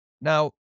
Now